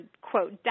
quote